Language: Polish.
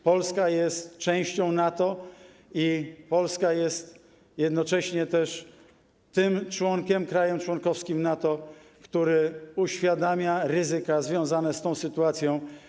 Polska jest częścią NATO i Polska jest jednocześnie tym krajem członkowskim NATO, który uświadamia ryzyka związane z tą sytuacją.